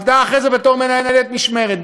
עבדה אחרי זה בתור מנהלת משמרת,